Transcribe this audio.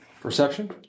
Perception